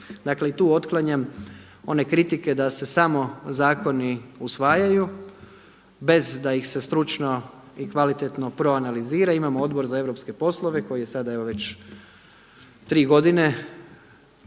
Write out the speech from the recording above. Dakle i tu otklanjam one kritike da se samo zakoni usvajaju bez da ih se stručno i kvalitetno proanalizira. Imamo Odbor za europske poslove koji je sada već tri godine